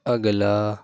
اگلا